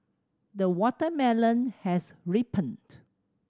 the watermelon has ripened